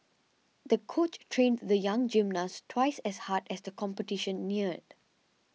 the coach trained the young gymnast twice as hard as the competition neared